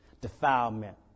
defilement